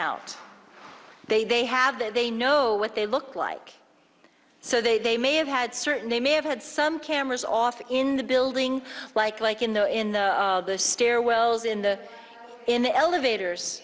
out they they have that they know what they look like so they they may have had certain they may have had some cameras off in the building like like you know in the stairwells in the in the elevators